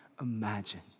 imagine